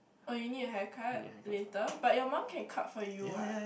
oh you need a hair cut later but your mom can cut for you what